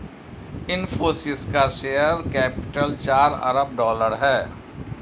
इनफ़ोसिस का share capital चार अरब डॉलर है